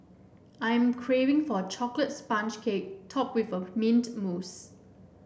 I am craving for a chocolate sponge cake topped with mint mousse